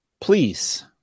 please